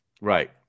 right